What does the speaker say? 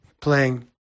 playing